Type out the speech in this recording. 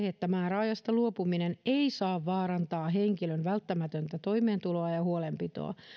että määräajasta luopuminen ei saa vaarantaa henkilön välttämätöntä toimeentuloa ja ja huolenpitoa